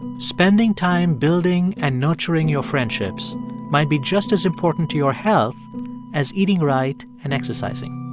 spending time building and nurturing your friendships might be just as important to your health as eating right and exercising.